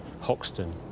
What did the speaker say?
Hoxton